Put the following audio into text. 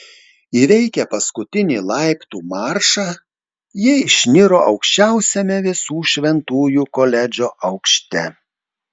įveikę paskutinį laiptų maršą jie išniro aukščiausiame visų šventųjų koledžo aukšte